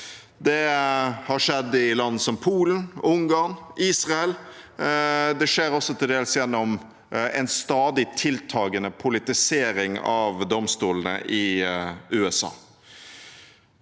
Det har skjedd i land som Polen, Ungarn og Israel, og det skjer også til dels gjennom en stadig tiltakende politisering av domstolene i USA.